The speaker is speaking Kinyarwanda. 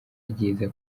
ryiza